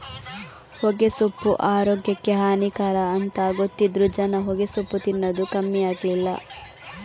ಹೊಗೆಸೊಪ್ಪು ಆರೋಗ್ಯಕ್ಕೆ ಹಾನಿಕರ ಅಂತ ಗೊತ್ತಿದ್ರೂ ಜನ ಹೊಗೆಸೊಪ್ಪು ತಿನ್ನದು ಕಮ್ಮಿ ಆಗ್ಲಿಲ್ಲ